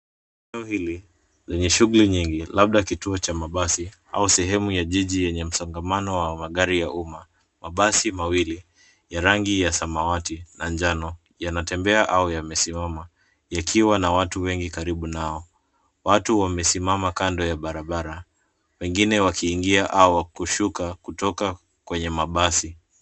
Jiji hili lenye shughuli nyingi labda kituo cha mabasi au sehemu ya jiji yenye msongamano wa magari ya uma, mabasi mawili ya rangi ya samawati na njano yanatembea au yamesimama yakiwa na watu wengi karibu nao. Watu wamesimama kando ya barabara wengine wakiingia au kushuka kutoka kwenye mabasi.